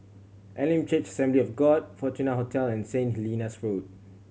Elim Church Assembly of God Fortuna Hotel and Saint Helena Road